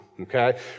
Okay